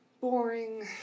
boring